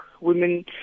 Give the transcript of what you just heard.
women